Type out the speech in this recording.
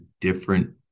different